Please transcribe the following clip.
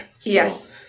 Yes